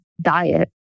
diet